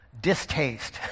distaste